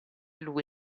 lui